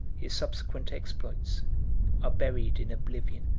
his subsequent exploits are buried in oblivion.